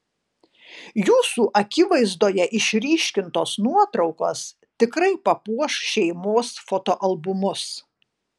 jūsų akivaizdoje išryškintos nuotraukos tikrai papuoš šeimos fotoalbumus